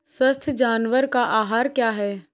स्वस्थ जानवर का आहार क्या है?